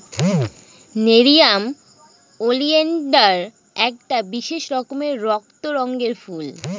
nerium oleander একটা বিশেষ রকমের রক্ত রঙের ফুল